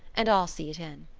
and i'll see it in.